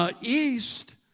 East